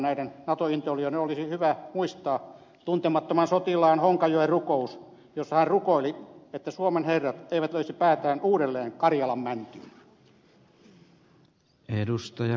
näiden nato intoilijoiden olisi hyvä muistaa tuntemattoman sotilaan honkajoen rukous jossa hän rukoili että suomen herrat eivät löisi päätään uudelleen karjalan mäntyyn